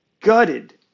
gutted